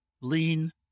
lean